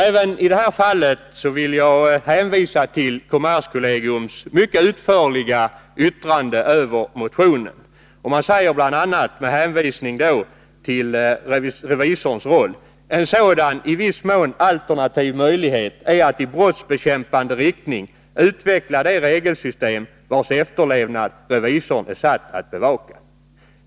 Även i det här fallet vill jag hänvisa till kommerskollegiums mycket utförliga yttrande över motionen. Man säger bl.a. med hänvisning till revisorns roll: En sådan i viss mån alternativ möjlighet är att i brottsbekämpande riktning utveckla det regelsystem vars efterlevnad revisorn är satt att bevaka.